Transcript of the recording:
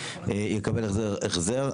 יקבל החזר,